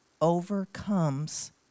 overcomes